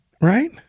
Right